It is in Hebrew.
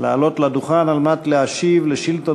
לעלות לדוכן על מנת להשיב על שאילתה